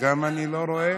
גם אותה אני לא רואה.